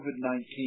COVID-19